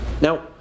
Now